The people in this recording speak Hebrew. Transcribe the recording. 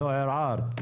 לא ערערת?